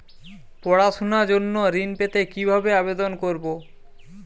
পড়াশুনা জন্য ঋণ পেতে কিভাবে আবেদন করব?